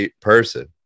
person